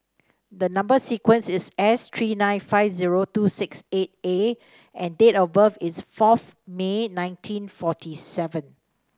the number sequence is S three nine five zero two six eight A and date of birth is fourth May nineteen forty seven